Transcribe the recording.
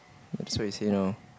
so you say now